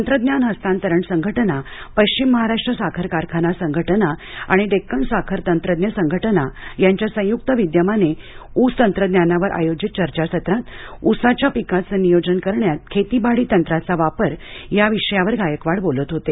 तंत्रज्ञान हस्तांतरण संघटना पश्चिम महाराष्ट्र साखर कारखाना संघटना आणि डेक्कन साखर तंत्रज्ञ संघटनायांच्या संयुक्त विद्यमाने ऊस तंत्रज्ञानावर आयोजित चर्चासत्रात ऊसाच्या पिकाचे नियोजन करण्यात खेतीबडी तंत्राचा वापर विषयावर गायकवाड बोलत होते